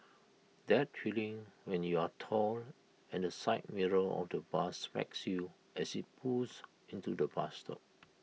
that feeling when you're tall and the side mirror of the bus smacks you as IT pulls into the bus stop